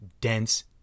dense